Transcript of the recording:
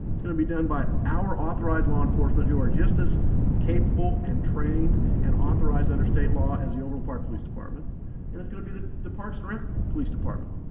it's going to be done by our authorized law enforcement who are just as capable and trained and authorized under state law as the overland park police department and it's going to be the the parks and rec police department.